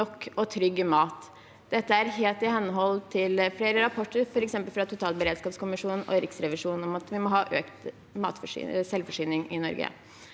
og trygg mat. Dette er helt i henhold til flere rapporter, f.eks. fra totalberedskapskommisjonen og Riksrevisjonen, om at vi må ha økt selvforsyning i Norge.